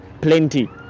Plenty